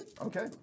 Okay